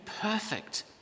perfect